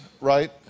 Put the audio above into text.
right